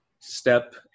step